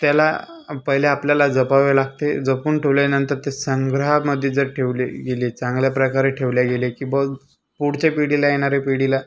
त्याला पहिले आपल्याला जपावे लागते जपून ठेवल्यानंतर ते संग्रहामध्ये जर ठेवले गेले चांगल्याप्रकारे ठेवले गेले की बघ पुढच्या पिढीला येणाऱ्या पिढीला